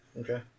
Okay